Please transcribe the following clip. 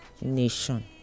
nation